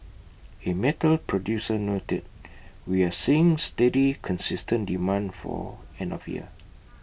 A metal producer noted we are seeing steady consistent demand for end of year